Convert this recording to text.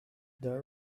there